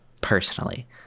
personally